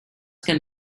can